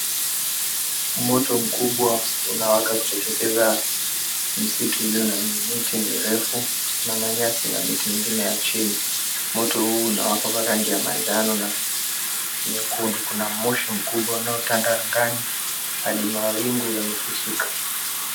Moto mkubwa unawaka kuteketeza msitu ulio na miti mirefu na manyasi na miti engine ya chini moto huu unawaka kwa rangi ya manjano na moshi mkubwa unaotanda angani hadi mawingu yamechafuka.